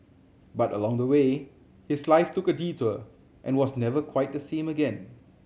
but along the way his life took a detour and was never quite the same again